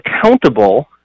accountable